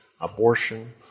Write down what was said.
abortion